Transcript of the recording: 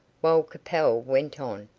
while capel went on,